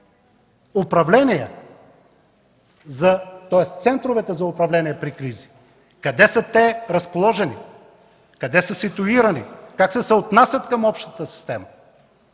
видим кои са центровете за управление при кризи, къде са разположени те, къде са ситуирани, как се съотнасят към общата система?